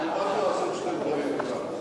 תלמד לעשות שני דברים בבת-אחת.